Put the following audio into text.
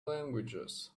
languages